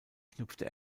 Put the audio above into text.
knüpfte